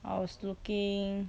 I was looking